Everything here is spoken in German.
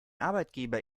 arbeitgeber